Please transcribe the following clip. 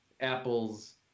Apple's